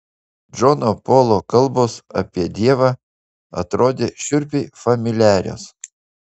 džono polo kalbos apie dievą atrodė šiurpiai familiarios